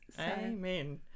Amen